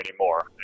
anymore